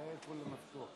חבריי חברי הכנסת,